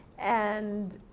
and,